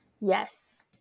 Yes